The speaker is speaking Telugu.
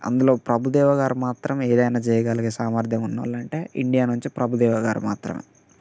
అందులో ప్రభుదేవ గారు మాత్రం ఏదైనా చేయగలిగే సామర్ధ్యం ఎందువళ్ళంటే ఇండియా నుంచి ప్రభుదేవ గారు మాత్రమే